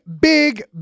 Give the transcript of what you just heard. big